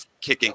kicking